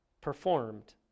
performed